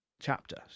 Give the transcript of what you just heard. chapter